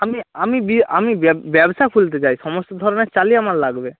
আমি আমি বি আমি ব্যবসা খুলতে চাই সমস্ত ধরনের চালই আমার লাগবে